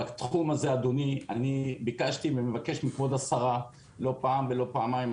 בתחום הזה ביקשתי ואני מבקש מכבוד השרה לא פעם ולא פעמיים,